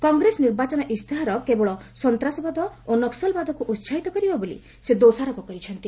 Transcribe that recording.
କଂଗ୍ରେସ ନିର୍ବାଚନ ଇସ୍ତାହାର କେବଳ ସନ୍ତାସବାଦ ଓ ନକ୍କଲବାଦକୁ ଉତ୍ସାହିତ କରିବ ବୋଲି ସେ ଦୋଷାରୋପ କରିଚ୍ଛନ୍ତି